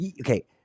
okay